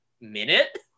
minute